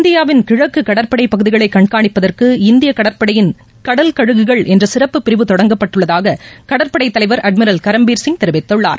இந்தியாவின் கிழக்குகடற்படைபகுதிகளைகண்காணிப்பதற்கு இந்தியகடற்படையின் கடல் கழுகுகள் என்றசிறப்பு பிரிவு தொடங்கப்பட்டுள்ளதாககடற்படைதலைவர் அட்மிரல் கரம்பீர் சிங் தெரிவித்துள்ளார்